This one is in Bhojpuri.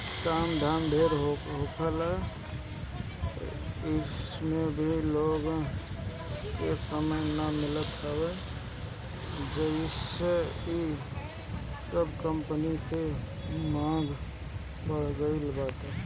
काम धाम ढेर होखला से भी लोग के समय ना मिलत हवे जेसे इ सब कंपनी के मांग बढ़ गईल बाटे